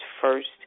first